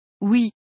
Oui